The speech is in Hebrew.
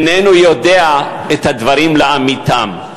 איננו יודע את הדברים לאמיתם.